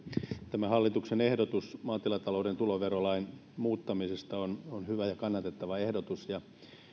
tämä hallituksen ehdotus maatilatalouden tuloverolain muuttamisesta on hyvä ja kannatettava ehdotus